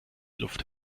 luft